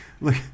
look